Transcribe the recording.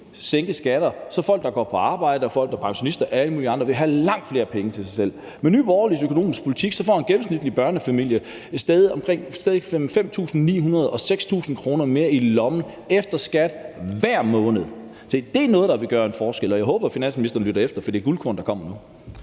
sænke skatter, så folk, der går på arbejde, og folk, der er pensionister, og alle mulige andre ville have langt flere penge til sig selv. Med Nye Borgerliges økonomiske politik får en gennemsnitlig børnefamilie et sted mellem 5.900 kr. og 6.000 kr. mere i lommen efter skat hver måned. Se, det er noget, der vil gøre en forskel, og jeg håber, at finansministeren lytter efter, for det er guldkorn, der kommer nu.